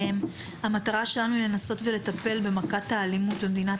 המטרה שלנו היא לנסות לטפל במכת האלימות במדינת